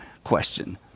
question